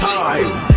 time